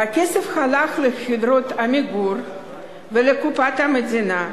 הכסף הלך לחברת "עמיגור" ולקופת המדינה,